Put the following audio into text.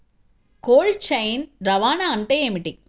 Cold chain రవాణా అంటే ఏమిటీ?